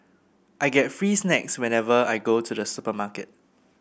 I get free snacks whenever I go to the supermarket